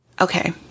Okay